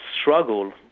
struggle